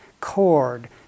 cord